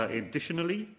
ah additionally,